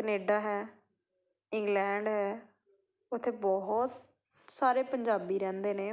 Canada ਹੈ England ਹੈ ਉੱਥੇ ਬਹੁਤ ਸਾਰੇ ਪੰਜਾਬੀ ਰਹਿੰਦੇ ਨੇ